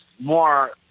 more